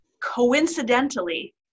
coincidentally